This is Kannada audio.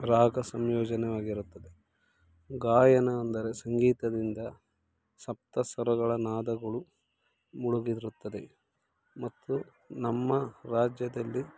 ರಾಗ ಸಂಯೋಜನವಾಗಿರುತ್ತದೆ ಗಾಯನ ಅಂದರೆ ಸಂಗೀತದಿಂದ ಸಪ್ತ ಸ್ವರಗಳ ನಾದಗಳು ಮುಳುಗಿರುತ್ತದೆ ಮತ್ತು ನಮ್ಮ ರಾಜ್ಯದಲ್ಲಿ